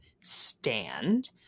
stand